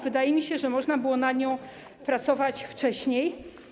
Wydaje mi się, że można było nad nią pracować wcześniej.